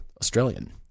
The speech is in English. Australian